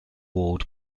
walled